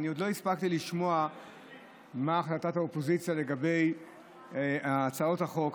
עוד לא הספקתי לשמוע מה החלטת האופוזיציה לגבי הצעות החוק.